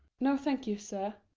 no thank you, sir.